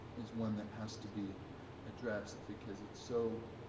is one that has to be addressed, because it's so,